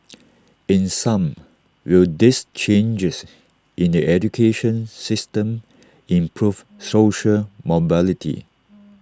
in sum will these changes in the education system improve social mobility